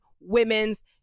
Women's